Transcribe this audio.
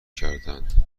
کردندکه